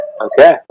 Okay